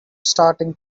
starting